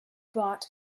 brought